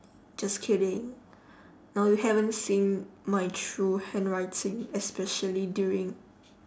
just kidding now you haven't seen my true handwriting especially during